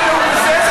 לא היה נאום בסדר?